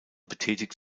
betätigt